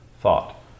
thought